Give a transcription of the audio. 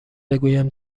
بگویم